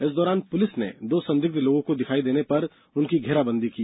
इस दौरान पुलिस ने दो संग्दिध लोगों के दिखाई देने पर उनकी घेराबंदी की